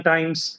Times